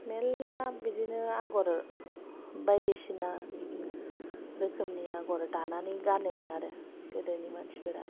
मेल्ला बिदिनो आगर बायदिसिना रोखोमनि आगर दानानै गानोमोन आरो गोदोनि मानसिफोरा